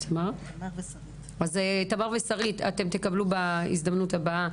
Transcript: ושרית אתם תקבלו הזדמנות לדבר בפעם הבאה.